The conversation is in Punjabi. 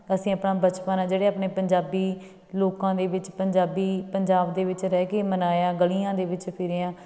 ਅਸੀਂ ਆਪਣਾ ਬਚਪਨ ਹਾਂ ਜਿਹੜੇ ਆਪਣੇ ਪੰਜਾਬੀ ਲੋਕਾਂ ਦੇ ਵਿੱਚ ਪੰਜਾਬੀ ਪੰਜਾਬ ਦੇ ਵਿੱਚ ਰਹਿ ਕੇ ਮਨਾਇਆ ਗਲੀਆਂ ਦੇ ਵਿੱਚ ਫਿਰੇ ਹਾਂ